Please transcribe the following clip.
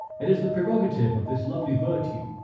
it is the prerogative of this lovely virtue,